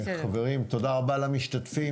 חברים, תודה רבה למשתתפים.